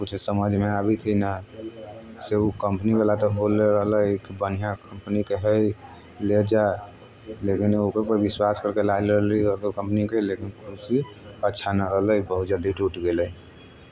किछु समझमे आबैत हइ नहि से ओ कम्पनीवला तऽ बोलले रहलै कि बढ़िआँ कम्पनीके हइ ले जा लेकिन ओकरेपर विश्वास करिके लाएल रहली ओकर कम्पनीके लेकिन ओ कुर्सी अच्छा नहि रहलै बहुत जल्दी टुटि गेलै